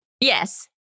Yes